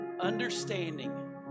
understanding